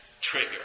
trigger